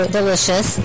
delicious